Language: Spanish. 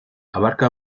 abarca